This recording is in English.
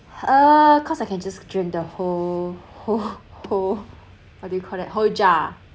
uh cause I can just drink the whole whole whole what do you call that whole jar